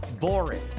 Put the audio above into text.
boring